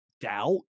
doubt